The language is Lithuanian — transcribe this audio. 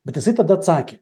bet jisai tada atsakė